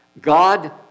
God